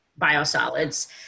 biosolids